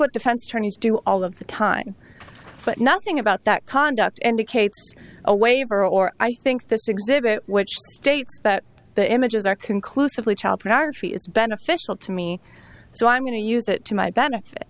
what defense attorneys do all of the time but nothing about that conduct indicates a waiver or i think this exhibit which states that the images are conclusively child pornography is beneficial to me so i'm going to use it to my benefit